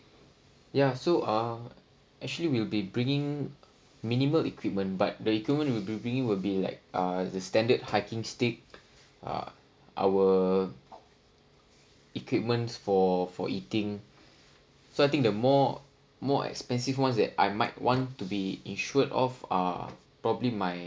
ya so uh actually we'll be bringing minimal equipment but the equipment we bringing will be like uh the standard hiking stick uh our equipments for for eating so I think the more more expensive ones that I might want to be insured of uh probably my